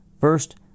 First